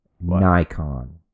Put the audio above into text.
Nikon